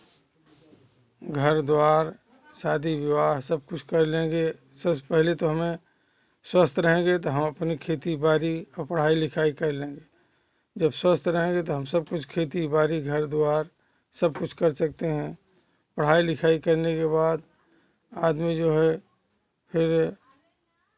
घर द्वार शादी विवाह सब कुछ कर लेंगे सबसे पहले तो हमें स्वस्थ रहेंगे तो हम अपने खेती बाड़ी और पढ़ाई लिखाई कर लेंगे जब स्वस्थ रहेंगे तो हम सब कुछ खेती बाड़ी घर द्वार सब कुछ कर सकते हैं पढ़ाई लिखाई करने के बाद आदमी जो है फिर